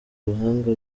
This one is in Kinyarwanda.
ubuhanga